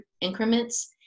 increments